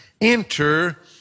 enter